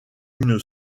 une